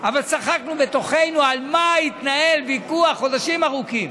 אבל צחקנו בתוכנו על מה התנהל ויכוח חודשים ארוכים.